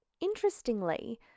interestingly